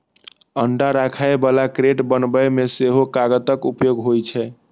अंडा राखै बला क्रेट बनबै मे सेहो कागतक उपयोग होइ छै